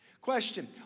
Question